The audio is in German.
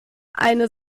eine